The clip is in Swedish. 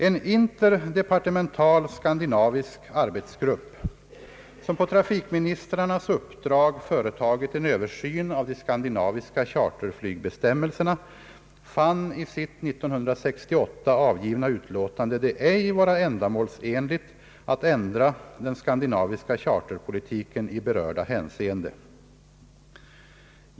En interdepartemental skandinavisk arbetsgrupp som på trafikministrarnas uppdrag företagit en översyn av de skandinaviska = charterflygbestämmelserna fann i sitt 1968 avgivna utlåtande det ej vara ändamålsenligt att ändra den skandinaviska charterpolitiken i berörda hänseende.